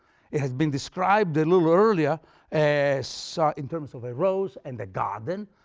it has been described a littler earlier as so in terms of a rose and a garden,